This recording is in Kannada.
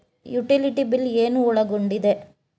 ಯುಟಿಲಿಟಿ ಬಿಲ್ ಏನು ಒಳಗೊಂಡಿದೆ?